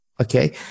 okay